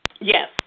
Yes